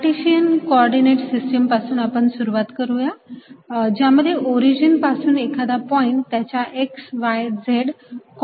Cartesian coordinate system पासून आपण सुरुवात करुया ज्यामध्ये ओरिजिंन पासून एखादा पॉईंट त्याच्या x y z कोऑर्डिनेट्सने दिल्या जातो